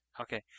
Okay